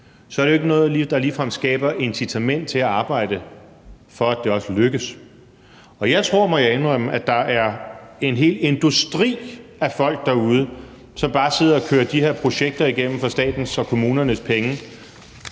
ligefrem er noget, der skaber et incitament til at arbejde for, at det også lykkes? Jeg tror, må jeg indrømme, at der er en hel industri af folk derude, som bare sidder og kører de her projekter igennem for statens og kommunernes penge,